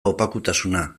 opakutasuna